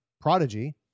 prodigy